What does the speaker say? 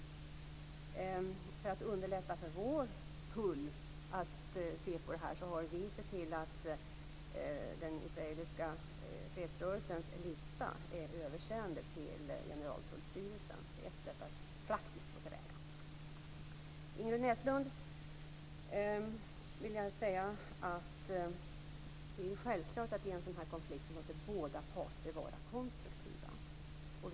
För att underlätta för vår tull har vi sett till att den israeliska fredsrörelsens lista har sänts över till Generaltullstyrelsen. Det är ett sätt att praktiskt gå till väga. Det är självklart, Ingrid Näslund, att i en sådan här konflikt måste båda parter vara konstruktiva.